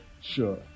sure